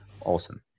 Awesome